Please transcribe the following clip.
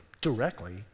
directly